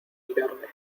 mirarme